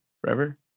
Forever